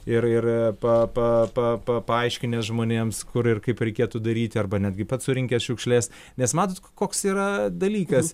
ir ir pa pa pa paaiškinęs žmonėms kur ir kaip reikėtų daryti arba netgi pats surinkęs šiukšles nes matot koks yra dalykas